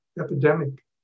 epidemic